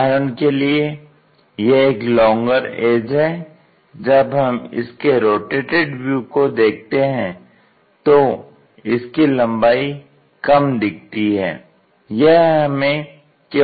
उदाहरण के लिए यह एक लॉन्गर एज है जब हम इसके रोटेटेड व्यू को देखते हैं तो इसकी लंबाई कम दिखती है